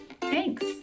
Thanks